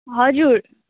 हजुर